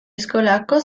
eskolako